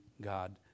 God